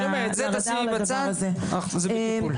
אני אומר, את זה שימי בצד, זה בטיפול.